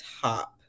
top